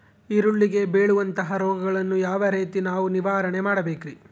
ಈರುಳ್ಳಿಗೆ ಬೇಳುವಂತಹ ರೋಗಗಳನ್ನು ಯಾವ ರೇತಿ ನಾವು ನಿವಾರಣೆ ಮಾಡಬೇಕ್ರಿ?